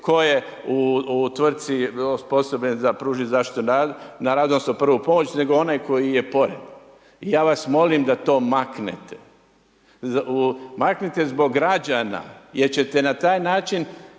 tko je u tvrtki osposobljen za pružit zaštitu na radu, odnosno prvu pomoć, nego onaj koji je pored. I ja vas molim da to maknete, maknite zbog građana jer ćete na taj način